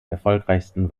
erfolgreichsten